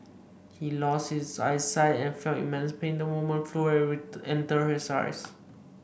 he lost his eyesight and felt immense pain the moment the fluid entered his right eye